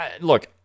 look